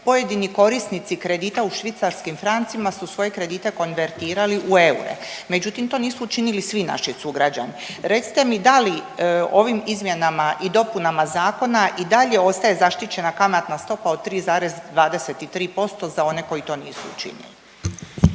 pojedini korisnici kredita u švicarskim francima su svoje kredite konvertirali u eure, međutim to nisu učinili svi naši sugrađani. Recite mi da li ovim izmjenama i dopunama zakona i dalje ostaje zaštićena kamatna stopa od 3,23% za one koji to nisu učinili?